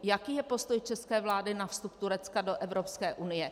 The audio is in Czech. Jaký je postoj české vlády na vstup Turecka do Evropské unie?